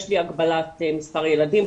יש לי הגבלת מספר ילדים,